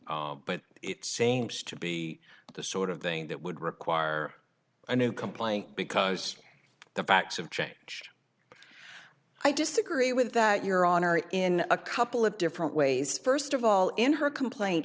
is but it seems to be the sort of thing that would require a new complaint because the facts have changed i disagree with that your honor in a couple of different ways first of all in her complain